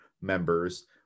members